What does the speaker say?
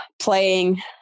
playing